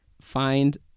Find